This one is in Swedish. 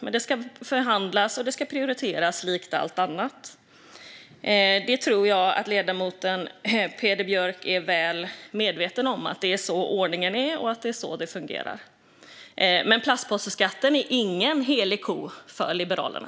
Men det ska förhandlas och prioriteras likt allt annat. Jag tror att ledamoten Peder Björk är väl medveten om att det är så det fungerar. Men plastpåseskatten är ingen helig ko för Liberalerna.